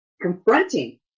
confronting